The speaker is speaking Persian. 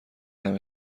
همه